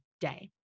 day